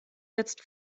jetzt